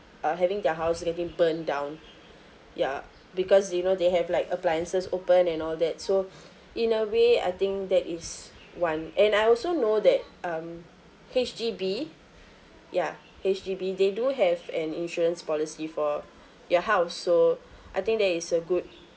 uh having their house getting burned down ya because you know they have like appliances open and all that so in a way I think that is one and I also know that um H_D_B ya H_D_B they do have an insurance policy for your house so I think that is a good